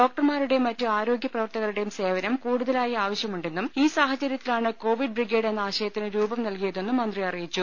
ഡോക്ടർമാരുടേയും മറ്റു ആരോഗ്യ പ്രവർത്തകരുടേയും സേവനം കൂടുതലായി ആവശ്യമുണ്ടെന്നും ഈ സാഹചര്യത്തിലാണ് കോവിഡ് ബ്രിഗേഡ് എന്ന ആശയത്തിന് രൂപം നൽകിയതെന്നും മന്ത്രി അറിയിച്ചു